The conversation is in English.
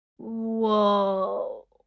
Whoa